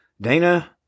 dana